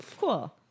Cool